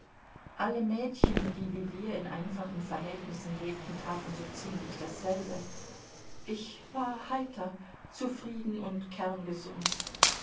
alle mädchen die wie wir in einfachen verhältnissen lebten taten so ziemlich dasselbe ich war heiter zufrieden und kerngesund